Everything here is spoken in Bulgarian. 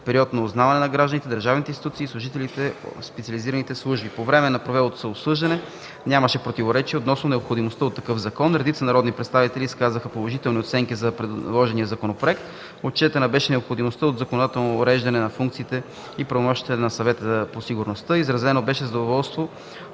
„период на узнаване” за гражданите, държавните институции и служителите в специалните служби. По време на провелото се обсъждане нямаше противоречия относно необходимостта от такъв закон. Редица народни представители изказаха положителни оценки за предложения законопроект. Отчетена беше необходимостта от законодателното уреждане на функциите и правомощията на Съвета по сигурността. Изразено беше задоволство